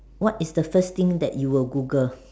what is the first thing that you will Google